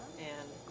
and